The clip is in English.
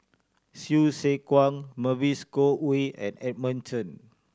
Hsu Tse Kwang Mavis Khoo Oei and Edmund Chen